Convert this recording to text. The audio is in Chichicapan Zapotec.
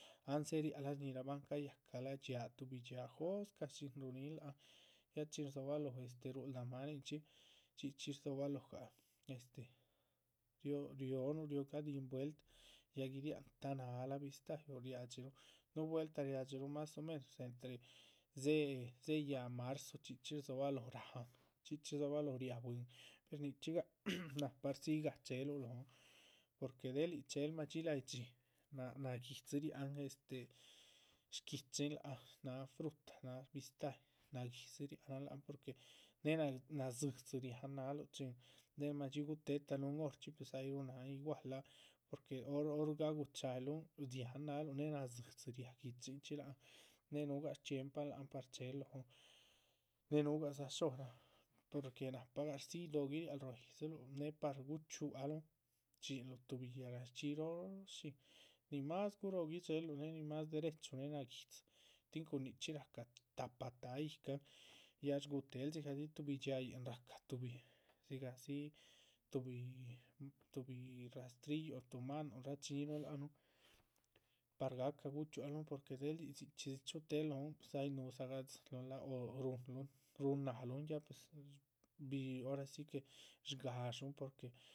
Ahn dzéhe riahlah lác han shñihirabha ahn cayacahlah dxiaa, dxiaa tuhbi dxiaa jóscah ruhunin lac han, ya chin rdzohobaloho este, ruhulda máaninchxi chxí chxí rdzobalohogah. este rió rió nuh riogadihin vueltah, ya guidihian ta´ náhalah bistáhyi o riadxiruhun núhu vueltah riadxiruhun más o menos entre, dzéhe dzéhe yáhaa marzo chxí chxí rdzohobaloho. ráhan, chxí chxí rdzohobaloho, riáha bwín, pues nichxí gaha nahpa rdzíyih gaha chéhel lóhon porque del yíc chéhel madxí láhayidxi náh naguidzi riáhan este shguichin láhan. náha fruta náha bistáhyi, naguidzi riáhanan láhan porque néh nadzídzi riáhan náluh chin del madxí guhutetaluh horchxi pues ay ruhu náhan igual láha, porque hor hor. gaguhucha´yiluhun dziáhan náhaaluh néh nadzídzin riá gui´chinchxi láhanéhe núhuga shcxiempan láhan par chéhen lohon néhe núhugadza shhoran, porque nahpagah. rdzíyih dóho guiriáhal ruá yídziluh néhe par guchxuáhalun, shchxínluh tuhbi yáhga shchxíyih róho róho shín, nin máhas guróho guidxéheluh, néhe nin más derechu néhe naguídzi. tin cuhun nichxí rahca tahpa táha yícahan ya shgúhutehel dzigahdzi tuhbi dxíhayín rahca tuhbi dzigahdzi tuhbi tuhbi rastrilloon tuhu maanon rachiñíhinuh lac nuh par gahca. guchxúaluhun, porque del yícv dzichxídzi chúhutehel lóhonn- ay núhudza gadzinluh lac o ruhunluhn, náha lóhon ora si que shgáhadxún porque.